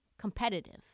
competitive